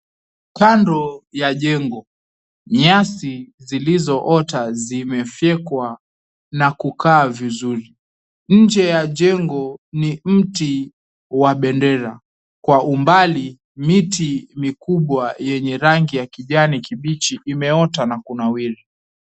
Kando ya jengo, nyasi zilizoota zimefyekwa na kukaa vizuri inje ya jengo, ni mti wa bendera. Kwa umbali miti mikubwa yenye rangi ya kijani kibichi imeota na kunawiri.